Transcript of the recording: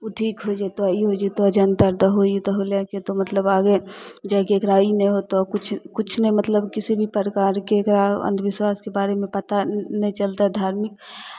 ओ ठीक होए जयतहु ई होय जयतहु जन्तर दहो ई दहो लए कऽ तऽ मतलब आगे जाए कऽ एकरा ई नहि होतौ किछु किछु नहि मतलब किसी भी प्रकारके एकरा अन्धविश्वासके बारेमे पता नहि चलतहु धार्मिक